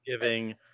giving